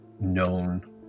known